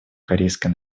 корейской